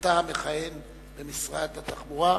אתה מכהן במשרד התחבורה,